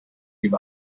give